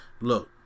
look